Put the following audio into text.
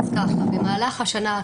במהלך השנה,